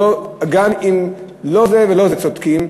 גם אם לא זה ולא זה צודקים,